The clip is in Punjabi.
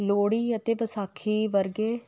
ਲੋਹੜੀ ਅਤੇ ਵਿਸਾਖੀ ਵਰਗੇ